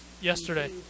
yesterday